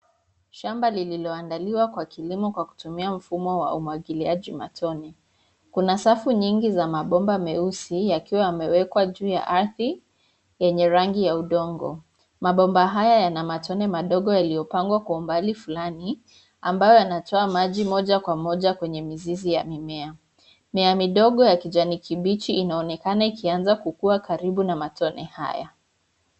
Shamba lililoandaliwa kwa kilimo kwa kutumia mfumo wa umwagiliaji matone. Kuna safu nyingi za mabomba meusi yakiwa yamewekwa juu ya ardhi lenye rangi ya udongo. Mabomba haya yana matone madogo yaliyopangwa kwa umbali flani ambayo yanatoa maji moja kwa moja kwenye mizizi ya mimea. Mimea midogo ya kijani kibichi inaonekana ikianza kukua karibu na matone haya.